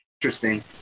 interesting